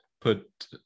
put